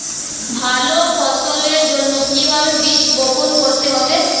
ভালো ফসলের জন্য কিভাবে বীজ বপন করতে হবে?